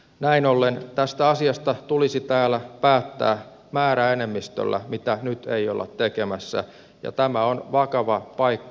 näin ollen tästä asiasta tulisi täällä päättää määräenemmistöllä mitä nyt ei olla tekemässä ja tämä on vakava paikka